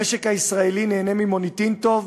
המשק הישראלי נהנה ממוניטין טוב,